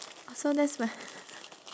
oh so that's when